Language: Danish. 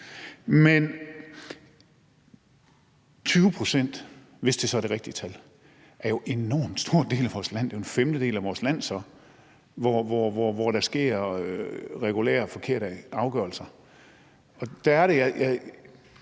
Men 20 pct., hvis det så er det rigtige tal, er jo en enormt stor del af vores land. Det er en femtedel af vores land, hvor der sker regulære forkerte afgørelser.